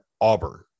Auburn